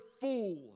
fool